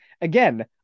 Again